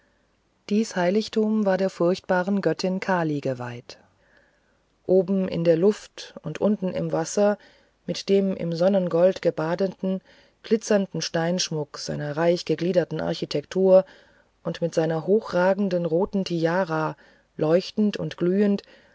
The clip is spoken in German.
dies heiligtum war der furchtbaren göttin kali geweiht oben in der luft und unten im wasser mit dem im sonnengold gebadeten glitzernden steinschmuck seiner reich gegliederten architektur und mit seiner hochragenden roten tiara leuchtend und glühend